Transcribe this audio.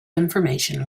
information